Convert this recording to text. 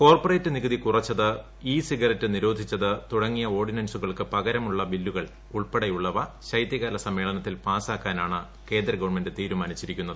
corporate നികുതി കുറച്ചത് e cigarette നിരോധിച്ചത് തുടങ്ങിയ ഓർഡിനൻസുകൾക്ക് പകരമുള്ള ബില്ലുകളുൾ ഉൾപ്പെടെയുള്ളവ ഉശതൃകാല സമ്മേളനത്തിൽ പാസാക്കാനാണ് കേന്ദ്ര ഗവൺമെന്റ് തീരുമാക്ടിച്ചിരിക്കുന്നത്